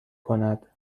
کند